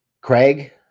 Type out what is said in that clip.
Craig